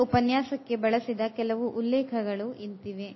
ಈ ಉಪನ್ಯಾಸಕ್ಕೆ ಬಳಸಿದ ಉಲ್ಲೇಖಗಳು ಇಂತಿವೆ